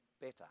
better